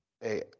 Hey